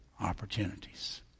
opportunities